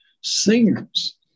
singers